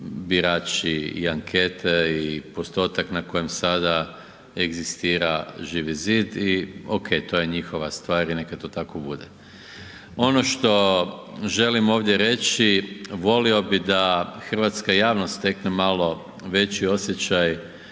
birači i ankete i postotak na kojem sada egzistira Živi zid i ok to je njihova stvar i neka to tako bude. Ono što želim ovdje reći volio bi da hrvatska javnost stekne malo veći osjećaj